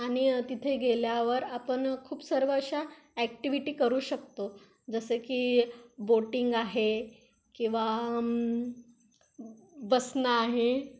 आणि तिथे गेल्यावर आपण खूप सर्व अशा ॲक्टिव्हिटी करू शकतो जसं की बोटिंग आहे किंवा बसणं आहे